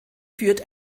führt